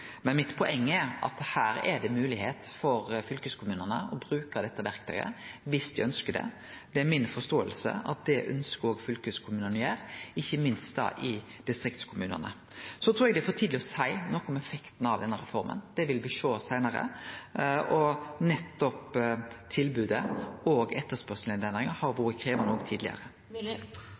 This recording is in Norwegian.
fylkeskommunane å bruke dette verktøyet dersom dei ønskjer det. Det er mi forståing at det ønskjer òg fylkeskommunane å gjere, ikkje minst i distriktskommunane. Så trur eg det er for tidleg å seie noko om effekten av denne reforma. Det vil me sjå seinare, og nettopp tilbodet og etterspurnaden har vore krevjande tidlegare. Jo, det blir en vesentlig endring, for selskapene som i dag har